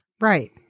Right